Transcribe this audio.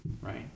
right